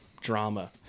drama